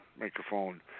microphone